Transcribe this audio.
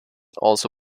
also